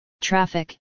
traffic